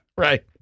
Right